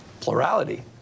plurality